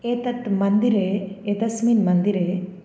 एतत् मन्दिरे एतस्मिन् मन्दिरे